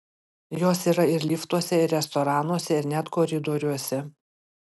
jos yra ir liftuose ir restoranuose ir net koridoriuose